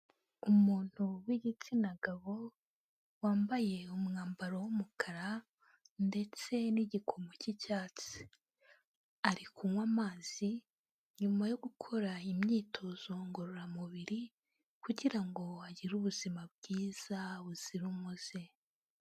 Umuntu w'igitsina gabo, wambaye umwambaro w'umukara ndetse n'igikomo cy'icyatsi. Ari kunywa amazi, nyuma yo gukora imyitozo ngororamubiri kugira ngo agire ubuzima bwiza, buzira umuze.